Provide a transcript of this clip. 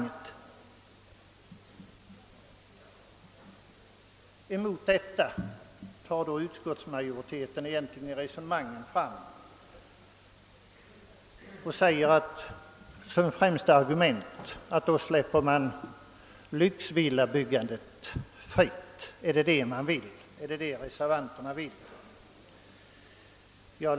Emot detta ställer utskottsmajoriteten som främsta argument att i så fall släpper man också lyxvillabyggandet fritt. Är det vad reservanterna vill?